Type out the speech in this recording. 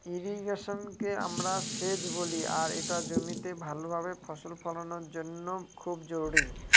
ইর্রিগেশনকে আমরা সেচ বলি আর এটা জমিতে ভাল ভাবে ফসল ফলানোর জন্য খুব জরুরি